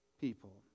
people